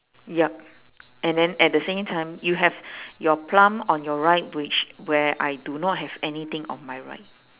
ya and then at the same time you have your plum on the right which where I do not have anything on my right